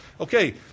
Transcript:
okay